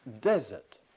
desert